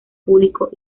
público